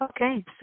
Okay